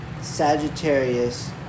Sagittarius